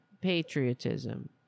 patriotism